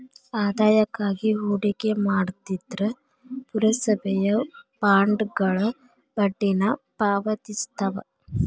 ಆದಾಯಕ್ಕಾಗಿ ಹೂಡಿಕೆ ಮಾಡ್ತಿದ್ರ ಪುರಸಭೆಯ ಬಾಂಡ್ಗಳ ಬಡ್ಡಿನ ಪಾವತಿಸ್ತವ